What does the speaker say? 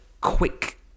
quick